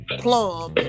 plum